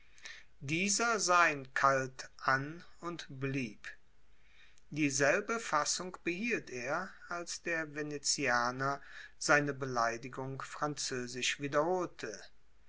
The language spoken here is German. dieser sah ihn kalt an und blieb dieselbe fassung behielt er als der venezianer seine beleidigung französisch wiederholte